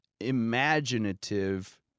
imaginative